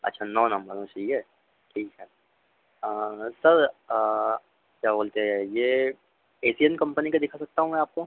अच्छा नौ नंबर में चाहिए ठीक है सर क्या बोलते है यह एसियन कम्पनी का दिखा सकता हूँ मैं आपको